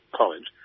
college